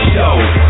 Show